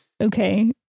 Okay